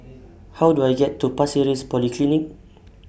How Do I get to Pasir Ris Polyclinic